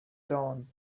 dawn